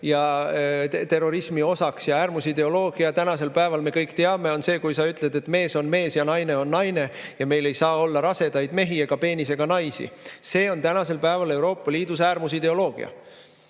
terrorismi osaks. Ja äärmusideoloogia tänasel päeval, me kõik teame, on see, kui sa ütled, et mees on mees ja naine on naine ja et meil ei saa olla rasedaid mehi ega peenisega naisi. See on tänasel päeval Euroopa Liidus äärmusideoloogia.